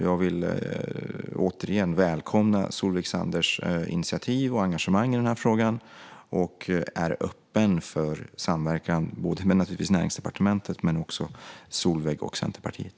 Jag vill återigen välkomna Solveig Zanders initiativ och engagemang i den här frågan och är öppen för samverkan både med Näringsdepartementet och med Solveig och Centerpartiet.